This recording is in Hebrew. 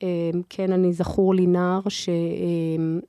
‫כן, אני זכור לי נער ש...